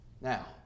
Now